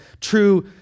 true